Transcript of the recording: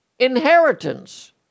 Inheritance